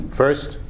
first